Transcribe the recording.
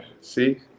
see